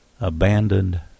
abandoned